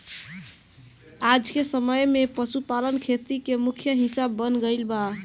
आजके समय में पशुपालन खेती के मुख्य हिस्सा बन गईल बा